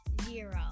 Zero